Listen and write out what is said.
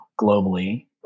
globally